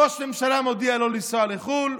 ראש ממשלה מודיע לא לנסוע לחו"ל,